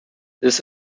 this